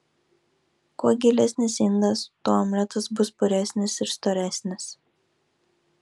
kuo gilesnis indas tuo omletas bus puresnis ir storesnis